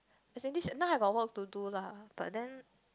isn't this now I got work to do lah but then